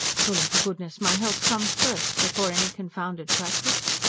surely to goodness my health comes first. before any confounded practice?